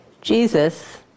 Jesus